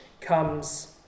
comes